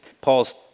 Paul's